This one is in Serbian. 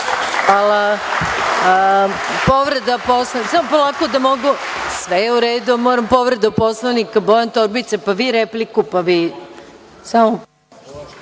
Hvala